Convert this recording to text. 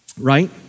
right